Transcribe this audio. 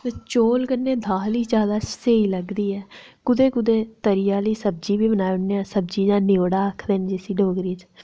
ते चौल कन्नै दाल ई जैदा स्हेई लगदी ऐ कुतै कुतै तरी आह्ली सब्जी बी बनाई ओड़ने आं सब्जी जां न्योड़ा आखदे न जिसी डोगरी च